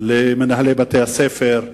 למנהלי בתי-הספר,